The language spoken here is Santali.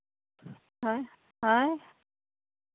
ᱦᱳᱭ ᱦᱳᱭ